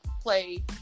play